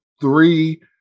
three